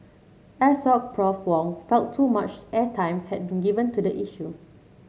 Assoc Prof Wong felt too much airtime had been given to the issue